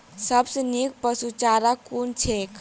सबसँ नीक पशुचारा कुन छैक?